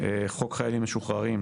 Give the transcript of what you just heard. חוק חיילים משוחררים,